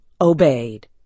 obeyed